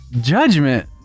judgment